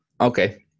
Okay